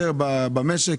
הפיטורים העתידי במשק.